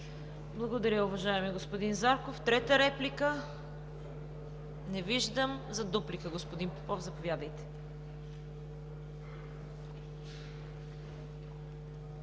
Благодаря, уважаеми господин Зарков. Трета реплика? Не виждам. За дуплика – господин Попов, заповядайте.